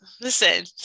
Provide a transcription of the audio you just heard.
Listen